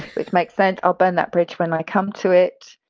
which makes sense. i'll burn that bridge when i come to it.